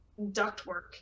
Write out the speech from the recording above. ductwork